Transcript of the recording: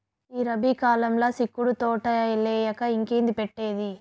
ఈ రబీ కాలంల సిక్కుడు తోటలేయక ఇంకేంది పెట్టేది